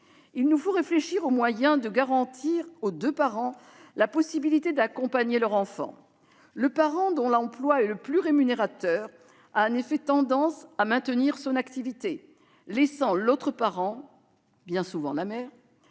il nous faut réfléchir aux moyens de garantir aux deux parents la possibilité d'accompagner leur enfant. Le parent dont l'emploi est le plus rémunérateur a en effet tendance à maintenir son activité, laissant l'autre parent, bien souvent la mère,